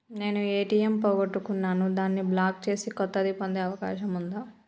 నేను ఏ.టి.ఎం పోగొట్టుకున్నాను దాన్ని బ్లాక్ చేసి కొత్తది పొందే అవకాశం ఉందా?